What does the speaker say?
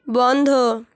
বন্ধ